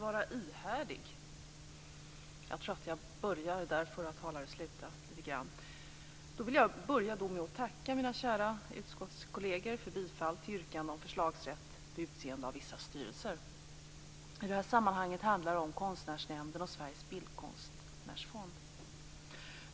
Fru talman! Jag tror jag börjar där den förra talaren slutade - att vara ihärdig. Jag vill då börja med att tacka mina kära utskottskolleger för att de tillstyrkt yrkandet om förslagsrätt vid utseende av vissa styrelser. I det här sammanhanget handlar det om Konstnärsnämnden och Sveriges bildkonstnärsfond.